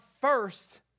first